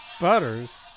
butters